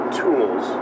tools